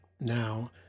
Now